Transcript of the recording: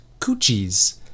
Coochies